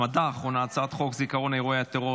ההצמדה האחרונה היא הצעת חוק זיכרון אירועי הטרור